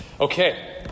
Okay